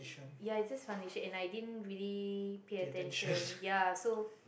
ya it's just foundation and I didn't really pay attention ya so